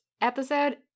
episode